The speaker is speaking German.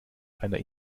einer